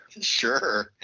Sure